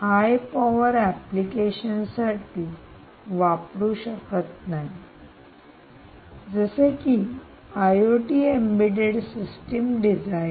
हाय power application साठी high power applications उच्च शक्ती अनुप्रयोगांसाठी वापरू शकत नाही जसे की आयओटी एम्बेडेड सिस्टम डिझाइन